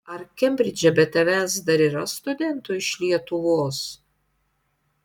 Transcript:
ar kembridže be tavęs dar yra studentų iš lietuvos